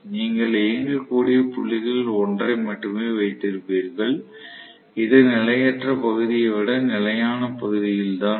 நீங்கள் இயங்கக்கூடிய புள்ளிகளில் ஒன்றை மட்டுமே வைத்திருப்பீர்கள் இது நிலையற்ற பகுதியை விட நிலையான பகுதியில் தான் வரும்